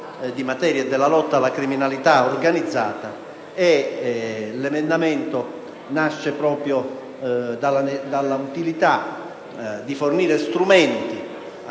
materia e della lotta alla criminalità organizzata. L'emendamento nasce proprio dall'utilità di fornire strumenti